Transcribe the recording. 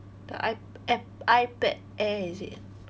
the i~ app~ ipad air is it